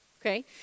Okay